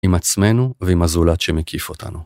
עם עצמנו ועם הזולת שמקיף אותנו.